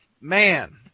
Man